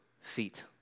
feet